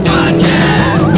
Podcast